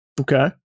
Okay